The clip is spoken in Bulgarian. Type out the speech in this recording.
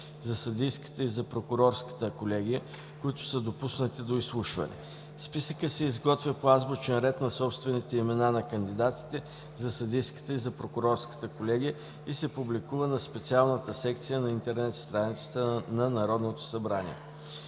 за съдийската и за прокурорската колегия, които са допуснати до изслушване. Списъкът се изготвя по азбучен ред на собствените имена на кандидатите за съдийската и за прокурорската колегия и се публикува на специалната секция на интернет страницата на Народното събрание.